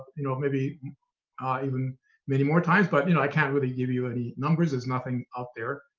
you know, maybe even many more times, but you know i can't really give you any numbers. there's nothing out there,